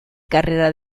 carrera